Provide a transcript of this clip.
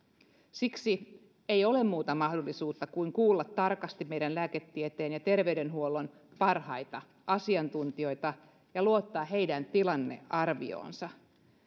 siksi ei ole muuta mahdollisuutta kuin kuulla tarkasti meidän lääketieteen ja terveydenhuollon parhaita asiantuntijoita ja luottaa heidän tilannearvioonsa